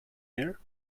hear